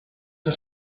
his